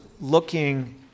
looking